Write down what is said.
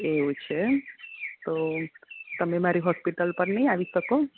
એવું છે એમ તો તમે મારી હોસ્પિટલ પર નઈ આવી શકો